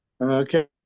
Okay